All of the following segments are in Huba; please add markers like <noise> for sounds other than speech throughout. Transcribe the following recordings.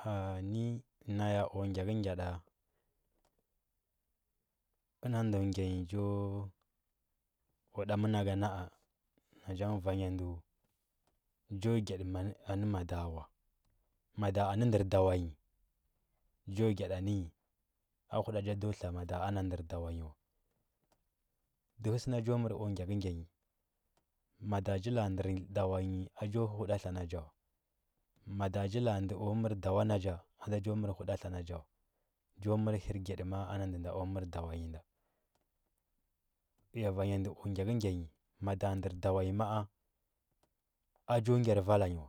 <hesitation> ne naya ku gyakəgyyada inda ndə kwa cho da manakə na, a n ache ngə vanya cho gyadi nə madawa mada anə ndər dawa nyi cho gyadi na nyi a huda cha ndo tha mada a nə ndər dawa nyi wa dəhə səna cho məx aku gyakəgya nyi mada cha la. a ndər dauva nyi chho hə hudatla na cha wa mada cha la. a ndə mər dawa na cha a cho hə hudaka na cha wa cho mər hirgyadi ma. a ama nde kwa mər dawa nyi nda ya vanya gyakəgya nyi mada ndər dawa yi ma, a a cho gyar vala nyi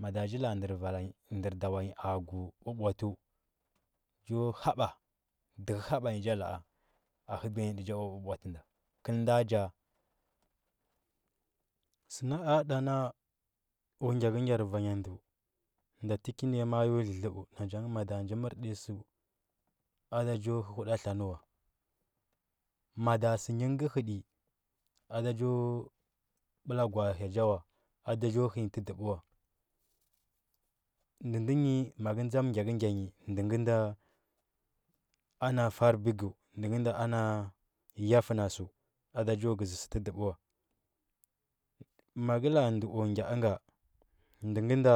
mada cha laya ndər dawa nyi a go bwabwatu cho haba dəhə haba nyi cha la. a a hubiya nyi tə cha ku bwabwatu nda kəl nda nja səna a nda na aku gyakəgyar vanya ndru nɗa təki na a ma. a yo lələba na cha nge mada nja mər tə nyi səu nda cho hə hudana nə wa mada sənyi ka həti a da cho hə nyi tədubu wa ndə ndə nyi maka dzam gyakəgya nyi nda nge nda ana far bəkdu ndə ngv nɗa ama yafna? Səu aɗa cho gəzi səu tədubu wa nɗ ngə nɗa.